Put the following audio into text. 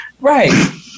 Right